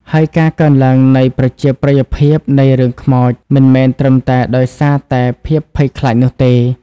ហើយការកើនឡើងនៃប្រជាប្រិយភាពនៃរឿងខ្មោចមិនមែនត្រឹមតែដោយសារតែភាពភ័យខ្លាចនោះទេ។